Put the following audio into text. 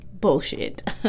bullshit